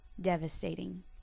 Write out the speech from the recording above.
devastating